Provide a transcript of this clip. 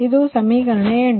ಇದು ಸಮೀಕರಣ 8